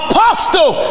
Apostle